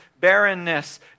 barrenness